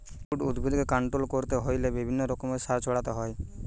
weed উদ্ভিদকে control করতে হইলে বিভিন্ন রকমের সার ছড়াতে হয়